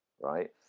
right